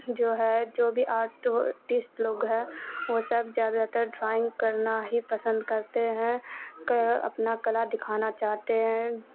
جو ہے جو بھی آرٹسٹ لوگ ہے وہ سب زیادہ تر ڈرائنگ کرنا ہی پسند کرتے ہیں اپنا کلا دکھانا چاہتے ہیں